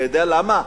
אתה יודע למה?